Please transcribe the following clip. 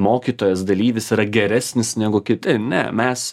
mokytojas dalyvis yra geresnis negu kiti ne mes